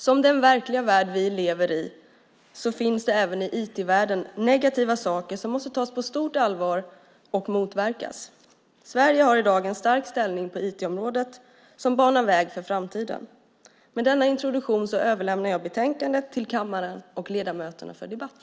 Som i den verkliga värld vi lever i finns det även i IT-världen negativa saker som måste tas på stort allvar och motverkas. Sverige har i dag en stark ställning på IT-området som banar väg för framtiden. Med denna introduktion överlämnar jag betänkandet till kammaren och ledamöterna för debatt.